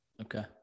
Okay